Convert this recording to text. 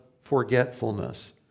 forgetfulness